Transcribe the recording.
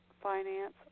finance